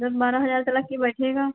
दस बारह हज़ार तलक का बैठेगा